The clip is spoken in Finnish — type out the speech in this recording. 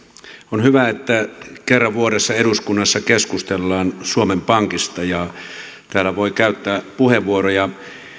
on hyvä että kerran vuodessa eduskunnassa keskustellaan suomen pankista ja täällä voi käyttää puheenvuoroja